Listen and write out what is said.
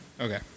okay